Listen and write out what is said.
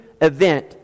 event